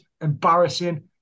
embarrassing